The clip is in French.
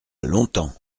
longtemps